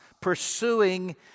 pursuing